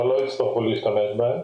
לא יצטרכו להשתמש בהם.